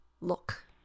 look